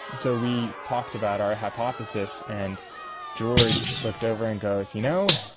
so we talked about our hypothesis and george looked over and goes, you know,